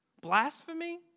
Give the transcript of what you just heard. Blasphemy